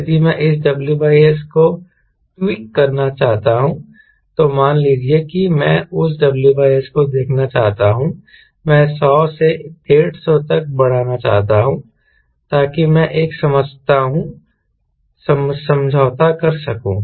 यदि मैं इस WS को ट्वीक करना चाहता हूं तो मान लीजिए कि मैं उस WS को देखना चाहता हूं मैं 100 से 150 तक बढ़ाना चाहता हूं ताकि मैं एक समझौता कर सकूं